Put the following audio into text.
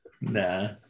Nah